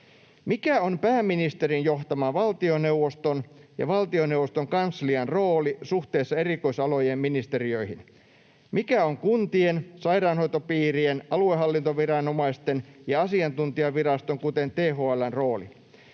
Mikä on pääministerin johtaman valtioneuvoston ja valtioneuvoston kanslian rooli suhteessa erikoisalojen ministeriöihin? Mikä on kuntien, sairaanhoitopiirien, aluehallintoviranomaisten ja asiantuntijaviraston, kuten THL:n, rooli?